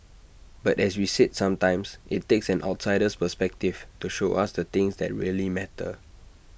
but as we said sometimes IT takes an outsider's perspective to show us the things that really matter